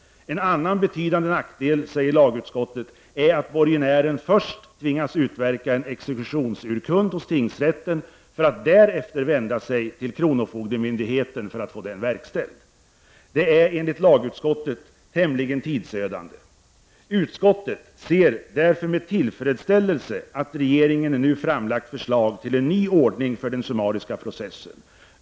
En annan betydande nackdel är enligt lagutskottet att borgenären först tvingas utverka en exekutionsurkund hos tingsrätten för att därefter vända sig till kronofogdemyndigheten för att få den verkställd. Det är enligt lagutskottet tämligen tidsödande. Utskottet ser därför ”med tillfredsställelse att regeringen nu framlagt förslag till en ny ordning för den summariska processen”.